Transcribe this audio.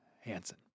hansen